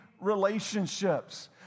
relationships